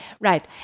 right